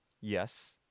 Yes